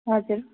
हजुर